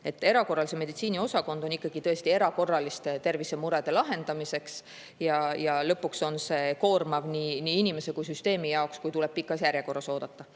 Erakorralise meditsiini osakond on ikkagi tõesti erakorraliste tervisemurede lahendamiseks. Lõpuks on see koormav nii inimese kui ka süsteemi jaoks, kui tuleb pikas järjekorras oodata.